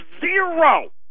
zero